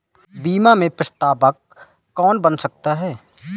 बीमा में प्रस्तावक कौन बन सकता है?